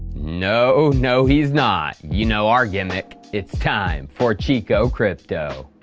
no, no he is not, you know our gimmick. it's time for chico crypto!